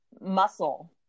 muscle